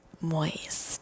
Moist